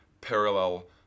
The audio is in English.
parallel